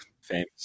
Famous